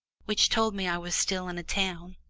which told me i was still in a town.